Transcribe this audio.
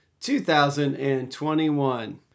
2021